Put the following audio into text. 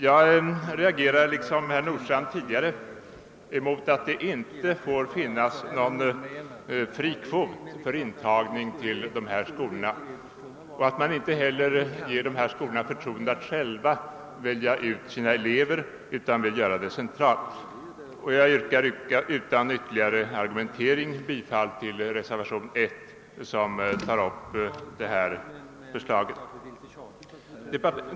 Jag reagerar liksom herr Nordstrandh tidigare mot att det inte får finnas någon fri kvot för intagning till dessa skolor och att man inte heller ger dessa skolor förtroendet att själva välja ut sina elever utan vill välja ut dessa centralt. Jag yrkar utan ytterligare argumentering bifall till reservation 1, som tar upp vårt förslag i detta avseende.